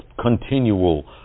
continual